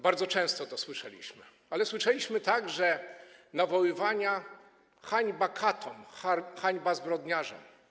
Bardzo często to słyszeliśmy, ale słyszeliśmy także nawoływania: hańba katom, hańba zbrodniarzom!